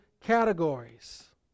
categories